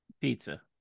pizza